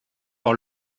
par